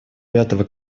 пятого